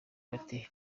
bati